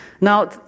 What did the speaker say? Now